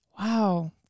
wow